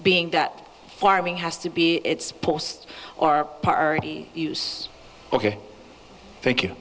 being that farming has to be its post or party use ok thank you